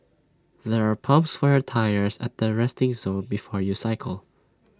there are pumps for your tyres at the resting zone before you cycle